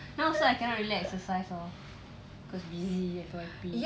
now also I cannot really exercise lor cause busy F_Y_P